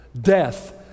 death